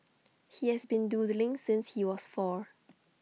he has been doodling since he was four